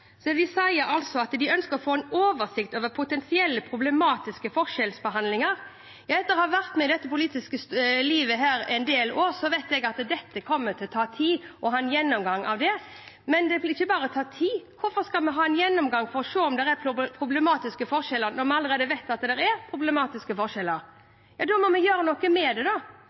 at de ønsker «å få oversikt over potensielt problematisk forskjellsbehandling». Ja, etter å ha vært med i det politiske livet her en del år vet jeg at det kommer til å ta tid å ha en gjennomgang av det. Men det vil ikke bare ta tid. Hvorfor skal vi ha en gjennomgang for å se om det er problematiske forskjeller når vi allerede vet at det er problematiske forskjeller? Da må vi gjøre noe med det,